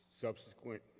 subsequent